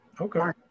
Okay